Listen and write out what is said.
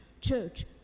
Church